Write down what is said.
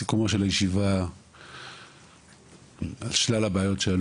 סיכומה של הישיבה על שלל הבעיות היה